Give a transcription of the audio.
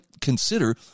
consider